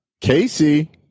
Casey